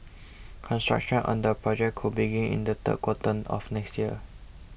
construction on the project could begin in the third quarter of next year